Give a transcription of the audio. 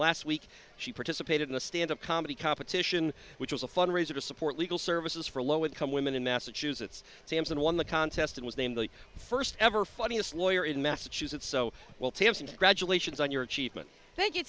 last week she participated in a standup comedy competition which was a fundraiser to support legal services for low income women in massachusetts samson won the contest and was named the first ever funniest lawyer in massachusetts so well tamsin graduations on your achievement thank you